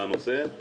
לגבי קיבוץ הראל,